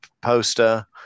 poster